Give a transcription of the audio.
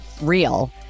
real